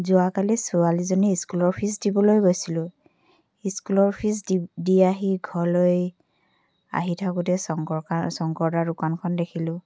যোৱাকালি ছোৱালীজনীৰ স্কুলৰ ফিজ দিবলৈ গৈছিলোঁ স্কুলৰ ফিজ দি আহি ঘৰলৈ আহি থাকোঁতে শংকৰকাৰ শংকৰদাৰ দোকানখন দেখিলোঁ